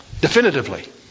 definitively